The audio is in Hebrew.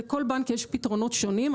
לכל בנק יש פתרונות שונים.